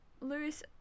Lewis